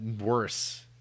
Worse